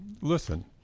listen